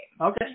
Okay